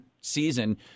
season